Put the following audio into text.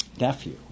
nephew